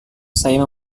saya